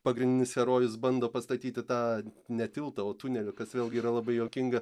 pagrindinis herojus bando pastatyti tą ne tiltą o tunelį kas vėlgi yra labai juokinga